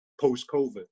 post-COVID